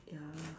ya